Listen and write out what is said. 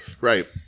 Right